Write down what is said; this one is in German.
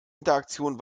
interaktion